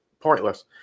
pointless